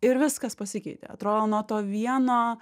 ir viskas pasikeitė atrodo nuo to vieno